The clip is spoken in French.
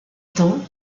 temps